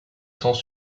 sans